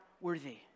worthy